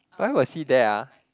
why was he there ah